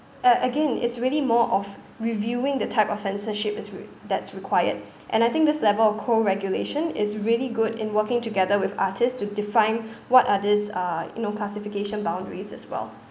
uh again it's really more of reviewing the type of censorship is re~ that's required and I think this level of co-regulation is really good in working together with artist to define what others' ah you know classification boundaries as well